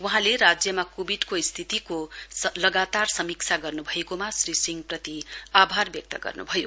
वहाँले राज्यमा कोविडको स्थितिको लगातार समीक्षा गर्नु भएकोमा श्री सिंहप्रति आभार व्यक्त गर्नु भयो